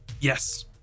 Yes